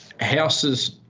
houses